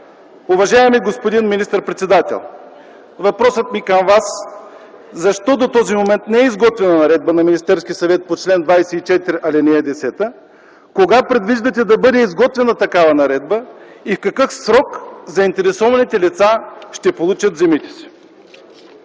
Уважаеми господин министър-председател, въпросът ми към Вас е: защо до този момент не е изготвена наредба на Министерския съвет по чл. 24, ал. 10, кога предвиждате да бъде изготвена такава наредба и в какъв срок заинтересованите лица ще получат земите си?